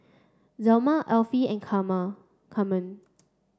Zelma Effie and Carmen